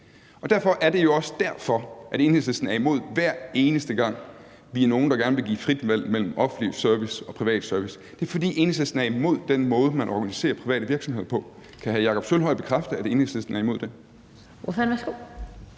Det er jo også derfor, at Enhedslisten er imod, hver eneste gang vi er nogle, der gerne vil give et frit valg mellem offentlig service og privat service. Det er, fordi Enhedslisten er imod den måde, man organiserer private virksomheder på. Kan hr. Jakob Sølvhøj bekræfte, at Enhedslisten er imod det?